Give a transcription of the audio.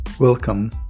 Welcome